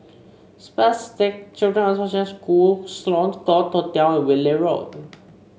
Spastic Children's Association School Sloane Court Hotel and Whitley Road